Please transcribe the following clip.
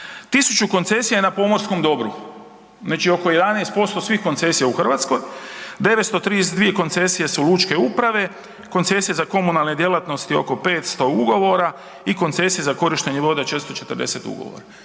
1000 koncesija je na pomorskom dobru, znači oko 11% svih koncesija u Hrvatskoj. 932 koncesije su lučke uprave, koncesije za komunalne djelatnosti oko 500 ugovora i koncesije za korištenje vode 440 ugovora.